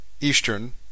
Eastern